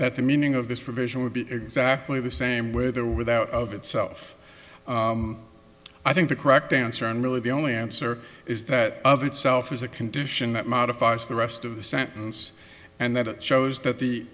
that the meaning of this provision would be exactly the same with or without of itself i think the correct answer and really the only answer is that of itself is a condition that modifies the rest of the sentence and that it shows that the